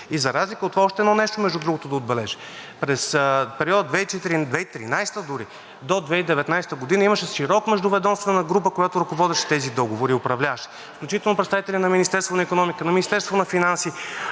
И за разлика от това, още едно нещо между другото да отбележа. През периода 2013 г. до 2019 г. имаше междуведомствена група, която ръководеше тези договори и управляваше, включително представители на Министерството на икономиката, на Министерството на финансите,